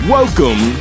Welcome